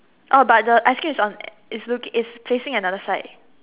oh but the ice cream is on is look is facing another side